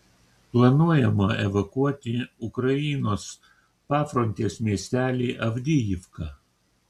planuojama evakuoti ukrainos pafrontės miestelį avdijivką